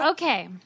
Okay